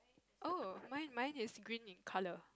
oh mine mine is green in color